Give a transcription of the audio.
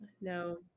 No